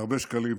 והרבה שקלים.